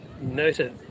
noted